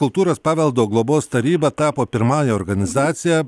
kultūros paveldo globos taryba tapo pirmąja organizacija